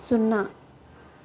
సున్నా